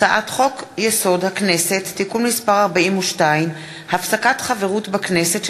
הצעת חוק-יסוד: הכנסת (תיקון מס' 42) (הפסקת חברות בכנסת של